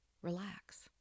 relax